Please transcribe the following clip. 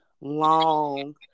long